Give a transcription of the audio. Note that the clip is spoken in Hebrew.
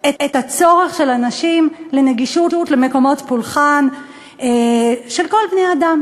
את הצורך של אנשים לגישה למקומות פולחן של כל בני-האדם,